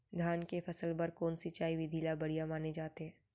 धान के फसल बर कोन सिंचाई विधि ला बढ़िया माने जाथे?